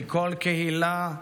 מכל קהילה,